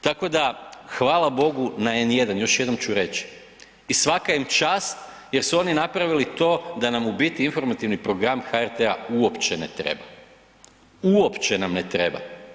Tako da hvala Bogu na N1 još jednom ću reći i svaka im čast jer su oni napravili to da nam u biti informativni program HRT-a uopće ne treba, uopće nam ne treba.